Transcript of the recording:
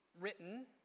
written